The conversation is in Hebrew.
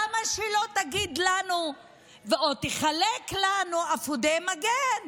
למה שלא תחלק לנו אפודי מגן